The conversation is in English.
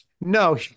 No